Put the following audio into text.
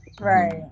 Right